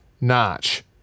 notch